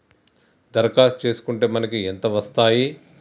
దరఖాస్తు చేస్కుంటే మనకి ఎంత వస్తాయి?